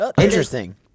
Interesting